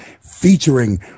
featuring